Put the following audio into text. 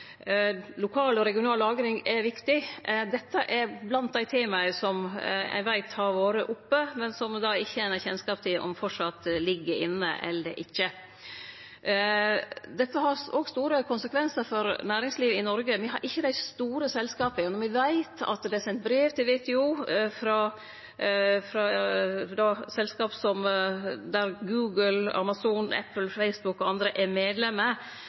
Lokal og regional lagring er viktig. Dette er blant dei temaa som eg veit har vore oppe, men som eg ikkje har kjennskap til om framleis ligg inne eller ikkje. Dette har òg store konsekvensar for næringslivet i Noreg. Me har ikkje dei store selskapa, men når me veit at det er sendt brev til WTO frå selskap der Google, Amazon, Apple, Facebook og andre er